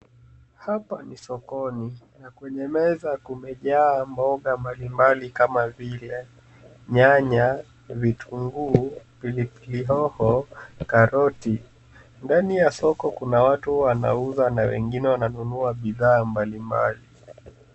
Hapa ni sokoni na kwenye meza kumejaa mboga mbalimbali kama vile nyanya ,vitunguu ,pilipili hoho na caroti. Ndani ya soko kuna watu wanauza na wengine wananunua bidhaa mbalimbali.